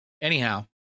Anyhow